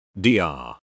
dr